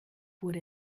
wurde